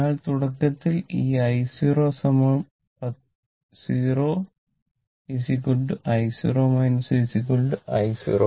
അതിനാൽ തുടക്കത്തിൽ ഈ i0 0 i0 i0